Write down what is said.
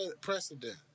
precedent